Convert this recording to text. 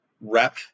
rep